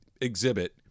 exhibit –